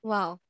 Wow